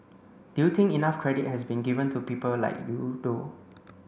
do you think enough credit has been given to people like you though